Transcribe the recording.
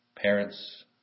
parents